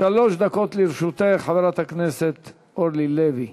שלוש דקות לרשותך, חברת הכנסת אורלי לוי.